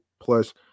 plus